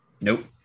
nope